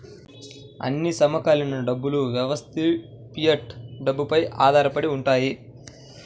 అన్ని సమకాలీన డబ్బు వ్యవస్థలుఫియట్ డబ్బుపై ఆధారపడి ఉంటాయి